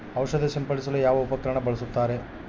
ಔಷಧಿ ಸಿಂಪಡಿಸಲು ಯಾವ ಉಪಕರಣ ಬಳಸುತ್ತಾರೆ?